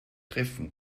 treffen